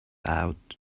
out